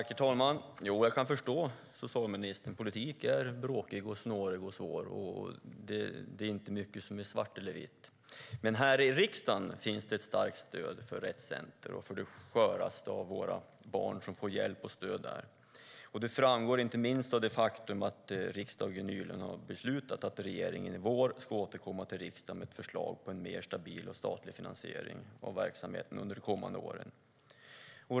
Herr talman! Jo, jag kan förstå socialministern. Politiken är bråkig, snårig och svår. Det är inte mycket som är svart eller vitt. Men här i riksdagen finns det ett starkt stöd för Rett Center och för de sköraste av våra barn, som får hjälp och stöd där. Det framgår inte minst av det faktum att riksdagen nyligen har beslutat att regeringen i vår ska återkomma till riksdagen med ett förslag på en mer stabil statlig finansiering av verksamheten under de kommande åren.